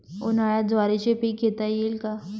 उन्हाळ्यात ज्वारीचे पीक घेता येईल का?